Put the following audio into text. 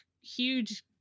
huge